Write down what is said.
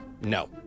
No